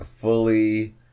fully